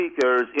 speakers